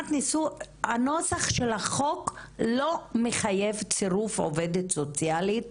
הנוסח של החוק לא מחייב צירוף עובדת סוציאלית